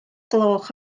gloch